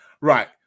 Right